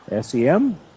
SEM